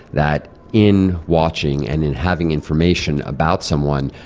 that in watching and in having information about someone,